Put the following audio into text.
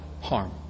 harm